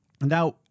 now